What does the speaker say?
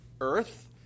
earth